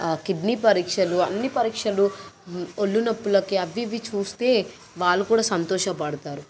kidney పరీక్షలు అన్నీ పరీక్షలు ఒళ్ళు నొప్పులకి అవ్వి ఇవ్వి చూస్తే వాళ్ళు కూడా సంతోషపడతారు